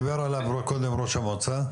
דיבר עליו קודם ראש המועצה.